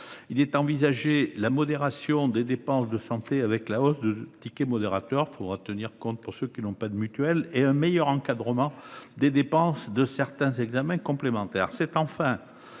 sont envisagés la modération des dépenses de santé avec la hausse du ticket modérateur – il faudra en tenir compte pour les Français qui n’ont pas de mutuelle – et un meilleur encadrement des dépenses de certains examens complémentaires.